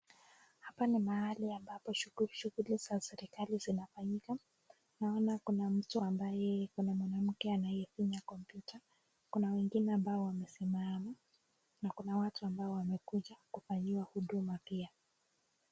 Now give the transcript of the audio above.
Hapa ni mahali ambapo shughuli shughuli za serikali zinafanyika. Naona kuna mtu ambaye ako na mwanamke anayefinya kompyuta. Kuna wengine ambao wamesimama na kuna watu ambao wamekuja kufanyiwa huduma pia.